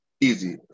Easy